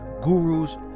gurus